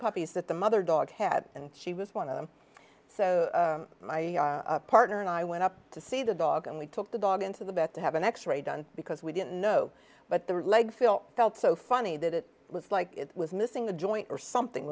puppies that the mother dog had and she was one of them so my partner and i went up to see the dog and we took the dog into the back to have an x ray done because we didn't know but their legs still felt so funny that it was like it was missing the joint or something